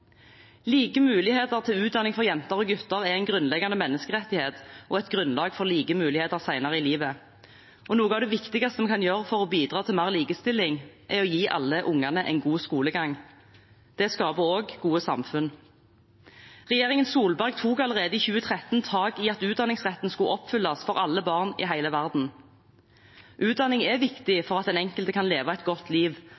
Like muligheter til utdanning for jenter og gutter er en grunnleggende menneskerettighet og et grunnlag for like muligheter senere i livet. Noe av det viktigste vi kan gjøre for å bidra til mer likestilling, er å gi alle unger en god skolegang. Det skaper også gode samfunn. Regjeringen Solberg tok allerede i 2013 tak i at utdanningsretten skulle oppfylles for alle barn i hele verden. Utdanning er